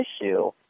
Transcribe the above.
issue